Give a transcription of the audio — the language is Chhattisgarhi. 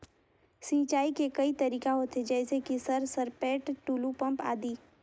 सिंचाई के कई तरीका होथे? जैसे कि सर सरपैट, टुलु पंप, आदि?